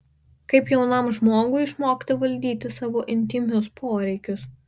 kaip jaunam žmogui išmokti valdyti savo intymius poreikius